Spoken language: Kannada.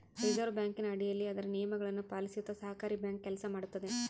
ರಿಸೆರ್ವೆ ಬ್ಯಾಂಕಿನ ಅಡಿಯಲ್ಲಿ ಅದರ ನಿಯಮಗಳನ್ನು ಪಾಲಿಸುತ್ತ ಸಹಕಾರಿ ಬ್ಯಾಂಕ್ ಕೆಲಸ ಮಾಡುತ್ತದೆ